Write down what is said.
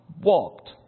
walked